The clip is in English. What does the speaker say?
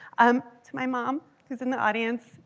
um to my mom who is in the audience,